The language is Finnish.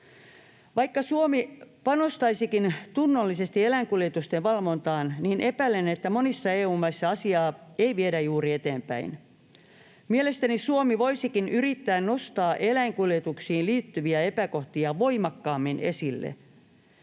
Vaikka Suomi panostaisikin tunnollisesti eläinkuljetusten valvontaan, niin epäilen, että monissa EU-maissa asiaa ei viedä juuri eteenpäin. Mielestäni Suomi voisikin yrittää nostaa eläinkuljetuksiin liittyviä epäkohtia voimakkaammin esille.